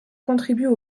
contribuent